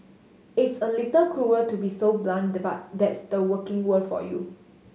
it's a little cruel to be so blunt but that's the working world for you